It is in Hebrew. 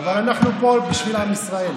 אבל אנחנו פה בשביל עם ישראל.